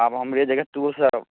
अब हमरे जकाँ तोँसब